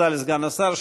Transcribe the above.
תודה לסגן השר.